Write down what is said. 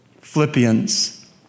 Philippians